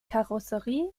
karosserie